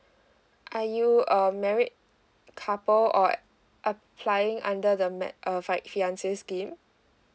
are you a married couple or applying under the mat err fi fiance scheme